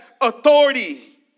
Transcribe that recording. authority